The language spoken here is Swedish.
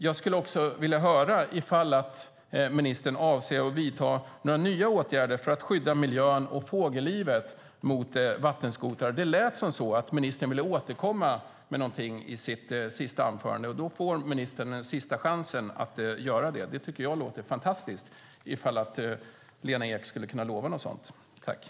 Jag skulle också vilja höra om ministern avser att vidta några nya åtgärder för att skydda miljön och fågellivet mot vattenskotrar. Det lät som att ministern ville återkomma med någonting i sitt sista anförande. Ministern har sin sista chans att göra det. Det vore fantastiskt om Lena Ek skulle kunna lova något sådant.